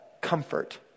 comfort